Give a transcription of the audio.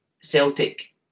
Celtic